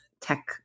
tech